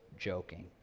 joking